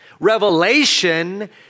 Revelation